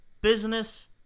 Business